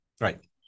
right